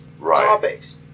topics